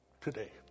today